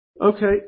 Okay